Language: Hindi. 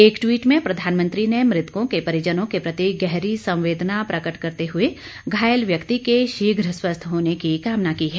एक ट्वीट में प्रधानमंत्री ने मृतकों के परिजनों के प्रति गहरी संवेदना प्रकट करते हुए घायल व्यक्ति के शीघ्र स्वस्थ होने की कामना की है